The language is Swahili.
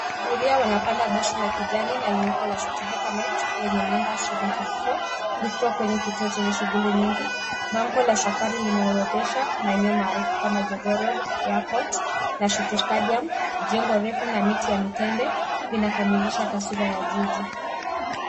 Abiria wanapanda basi la kijani na nyeupe la city hoppa next lenye namba 724 likiwa kwenye kituo chenye shughuli nyingi. Bango la safari limeorodhesha maeneo tofuati kama Jogoo road, Airport na City stadium. Jengo refu na miti ya mitende vinakamilisha taswira ya jiji.